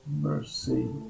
mercy